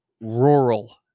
rural